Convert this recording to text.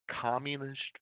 communist